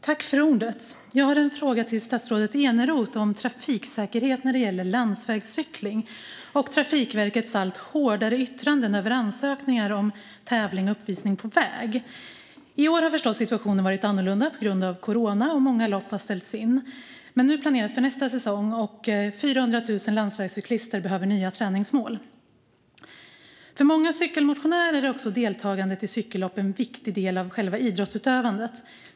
Fru talman! Jag har en fråga till statsrådet Eneroth om trafiksäkerhet vid landsvägscykling och Trafikverkets allt hårdare yttranden över ansökningar om tävling och uppvisning på väg. I år har situationen förstås varit annorlunda på grund av corona, och många lopp har ställts in. Men nu planeras för nästa säsong, och 400 000 landsvägscyklister behöver nya träningsmål. För många cykelmotionärer är deltagandet i cykellopp också en viktig del av själva idrottsutövandet.